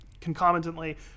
concomitantly